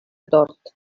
tort